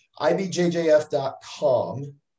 IbjJF.com